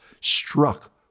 struck